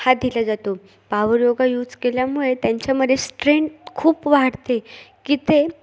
हा दिला जातो पावर योगा यूज केल्यामुळे त्यांच्यामध्ये स्ट्रेंट खूप वाढते की ते